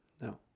no